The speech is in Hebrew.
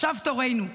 עכשיו תורנו.